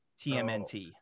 TMNT